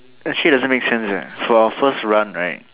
actually doesn't make sense eh for our first run right